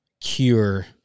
cure